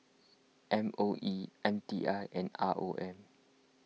M O E M T I and R O M